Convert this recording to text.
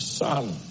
Son